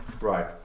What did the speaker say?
Right